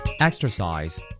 Exercise